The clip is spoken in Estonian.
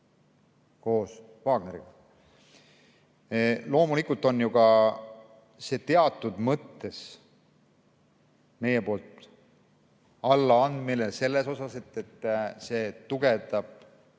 koos Wagneriga. Loomulikult on ju ka see teatud mõttes meie poolt allaandmine selles osas, et see tugevdab